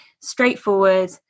straightforward